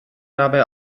dabei